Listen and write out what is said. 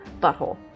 butthole